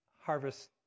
harvest